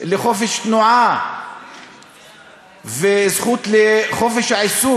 לחופש תנועה וזכות לחופש העיסוק,